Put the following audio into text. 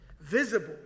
visible